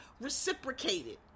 reciprocated